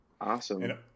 Awesome